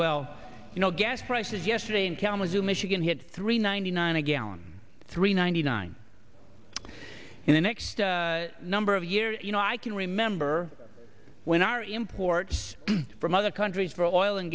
well you know gas prices yesterday in kalamazoo michigan hit three ninety nine a gallon three ninety nine in the next number of years you know i can remember when our imports from other countries for oil and